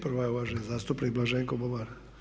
Prva je uvaženi zastupnik Blaženko Boban.